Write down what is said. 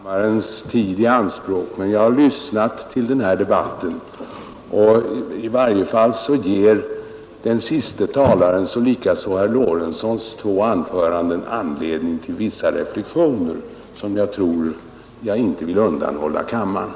Fru talman! Jag är ledsen att behöva ta kammarens tid i anspråk, men Tisdagen den jag har lyssnat till den här debatten, och i varje fall ger den senaste 16 maj 1972 talarens och likaså herr Lorentzons två anföranden anledning till vissa —— LS —— reflexioner som jag inte vill undanhålla kammaren.